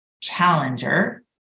challenger